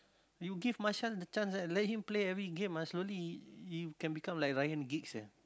you give Martial the chance ah let him play every game ah slowly he he can become like Ryan-Giggs sia